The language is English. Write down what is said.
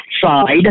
side